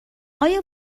آیا